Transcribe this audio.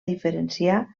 diferenciar